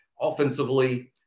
Offensively